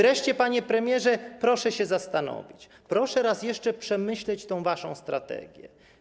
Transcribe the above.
Wreszcie, panie premierze, proszę się zastanowić, proszę raz jeszcze przemyśleć tę waszą strategię.